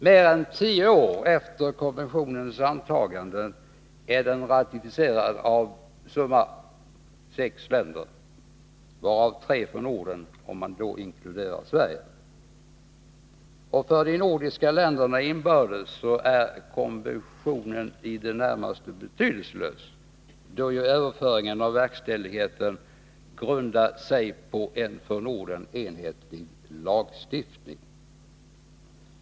Mer än tio år efter konventionens antagande är den nämligen ratificerad av summa sex länder, varav tre från Norden, om man inkluderar Sverige. För de nordiska länderna inbördes är konventionen i det närmaste betydelselös, då ju överföringen av verkställigheten grundar sig på en för Norden enhetlig lagstiftning.